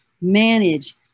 Manage